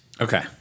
Okay